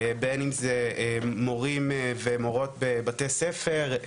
בין אם זה מורים ומורות בבתי ספר,